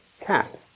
cat